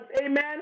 Amen